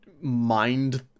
mind